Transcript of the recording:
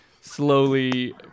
slowly